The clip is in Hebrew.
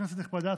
כנסת נכבדה,